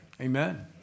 Amen